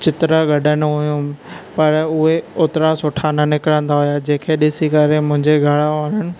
चित्र कढंदो हुयुमि पर पर उहे ओतिरा सुठा न निकरंदा हुआ जिंहिं खे ॾिसी करे मंहिंजे घर वारनि